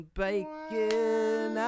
bacon